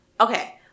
okay